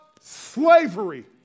slavery